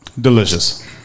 Delicious